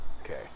Okay